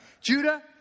Judah